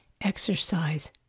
exercise